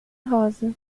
rosa